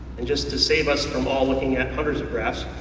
and just to save us from all looking at hunter's grass,